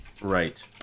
Right